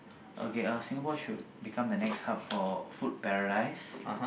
okay uh Singapore should become the next hub for food paradise